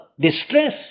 distress